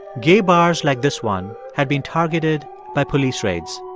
gay bars like this one had been targeted by police raids.